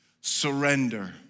surrender